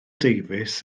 davies